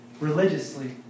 religiously